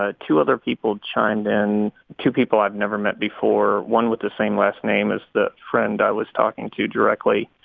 ah two other people chimed in two people i've never met before, one with the same last name as the friend i was talking to directly.